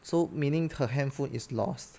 so meaning her handphone is lost